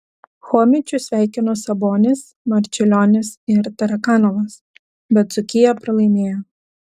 chomičių sveikino sabonis marčiulionis ir tarakanovas bet dzūkija pralaimėjo